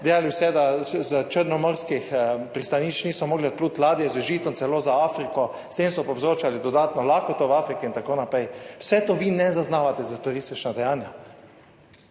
delali vse, da s črno morskih pristanišč niso mogli odpluti ladje z žitom celo za Afriko, s tem so povzročali dodatno lakoto v Afriki in tako naprej. Vse to vi ne zaznavate za turistična dejanja.